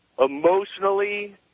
emotionally